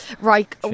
right